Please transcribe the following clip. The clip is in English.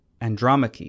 Andromache